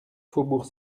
faubourg